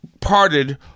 parted